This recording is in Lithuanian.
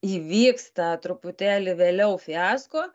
įvyksta truputėlį vėliau fiasko